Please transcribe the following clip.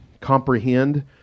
comprehend